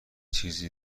چیزی